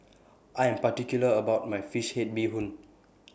I Am particular about My Fish Head Bee Hoon